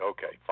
Okay